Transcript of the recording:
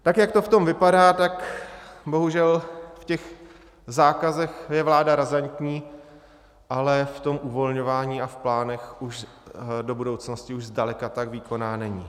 Tak jak to v tom vypadá, tak bohužel v těch zákazech je vláda razantní, ale v tom uvolňování a v plánech do budoucnosti už zdaleka tak výkonná není.